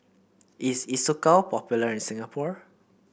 is Isocal popular in Singapore